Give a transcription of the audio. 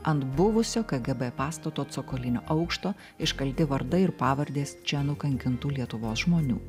ant buvusio kgb pastato cokolinio aukšto iškalti vardai ir pavardės čia nukankintų lietuvos žmonių